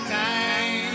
time